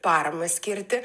paramą skirti